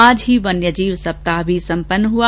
आज ही वन्य जीव सप्ताह भी संपन्न हुआ